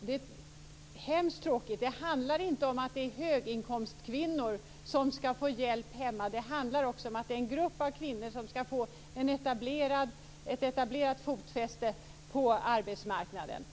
det är hemskt tråkigt. Det handlar inte om höginkomstkvinnor som skall få hjälp hemma, utan det handlar om att det är en grupp av kvinnor som skall få ett etablerat fotfäste på arbetsmarknaden.